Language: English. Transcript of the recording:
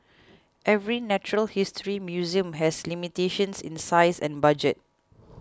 every natural history museum has limitations in size and budget